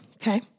Okay